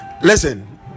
listen